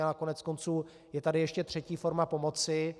A koneckonců je tady ještě třetí forma pomoci.